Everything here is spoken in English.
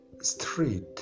Street